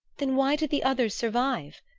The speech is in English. then why did the others survive?